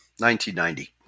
1990